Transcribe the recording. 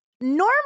Normal